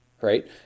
Right